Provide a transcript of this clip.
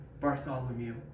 Bartholomew